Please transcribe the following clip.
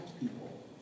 people